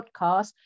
podcast